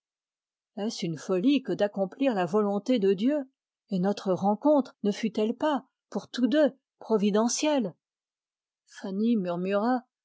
est-ce une folie que d'accomplir la volonté de dieu et notre rencontre ne fut-elle pas pour tous deux providentielle fanny murmura